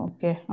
Okay